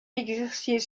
exercer